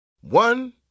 One